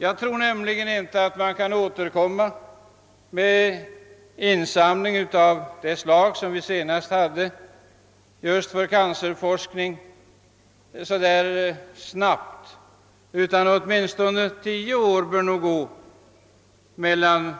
Jag tror nämligen inte att vi just beträffande cancerforskning kan återkomma så snabbt med en insamling av samma slag som den vi senast genomförde, utan det bör nog förflyta åtminstone tio år mellan